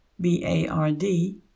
B-A-R-D